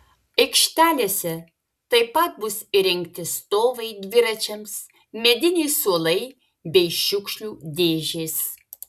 aikštelėse taip pat bus įrengti stovai dviračiams mediniai suolai bei šiukšlių dėžės